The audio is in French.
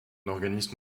organisme